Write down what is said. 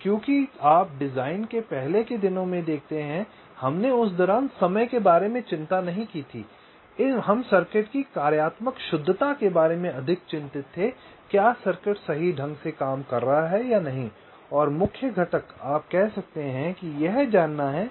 क्योंकि आप डिज़ाइन के पहले के दिनों में देखते हैं हमने उस दौरान समय के बारे में चिंता नहीं की थी हम सर्किट की कार्यात्मक शुद्धता के बारे में अधिक चिंतित थे क्या सर्किट सही ढंग से काम कर रहा है या नहीं और मुख्य घटक आप कह सकते हैं यह जानना है